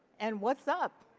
and what's up